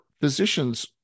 physicians